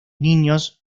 niños